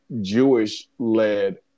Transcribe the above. Jewish-led